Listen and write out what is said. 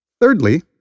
Thirdly